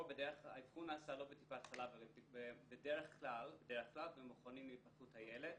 האבחון נעשה לא בטיפת חלב אלא בדרך כלל במכונים להתפתחות הילד